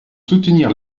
soutenir